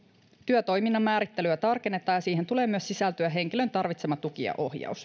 työtoiminnan määrittelyä tarkennetaan ja siihen tulee myös sisältyä henkilön tarvitsema tuki ja ohjaus